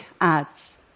ads